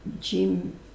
Jim